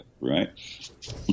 right